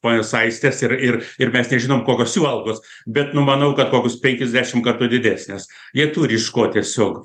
ponios aistės ir ir ir mes nežinom kokios jų algos bet numanau kad kokius penkis dešim kartų didesnės jie turi iš ko tiesiog